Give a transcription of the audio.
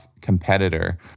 competitor